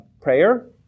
prayer